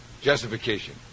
Justification